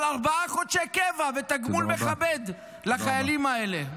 אבל בארבעה חודשי קבע ותגמול מכבד לחיילים האלה.